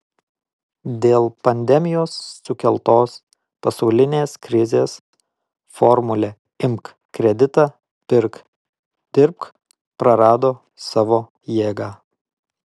dėl pandemijos sukeltos pasaulinės krizės formulė imk kreditą pirk dirbk prarado savo jėgą